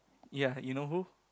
ya you know who